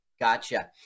Gotcha